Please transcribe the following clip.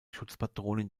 schutzpatronin